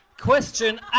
Question